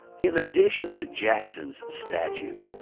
in addition to jackson's statue,